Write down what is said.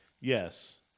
yes